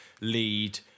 lead